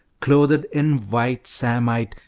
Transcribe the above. clothed in white samite,